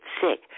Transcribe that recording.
sick